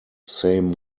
same